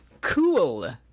cool